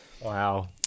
Wow